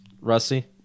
Rusty